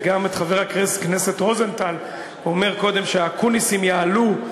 וגם את חבר הכנסת רוזנטל אומר קודם ש"האקוניסים יעלו".